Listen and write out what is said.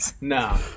No